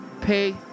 Pay